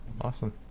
Awesome